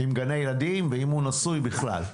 עם גני ילדים, ואם הוא נשוי, בכלל.